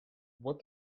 what